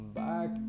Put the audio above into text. back